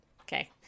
Okay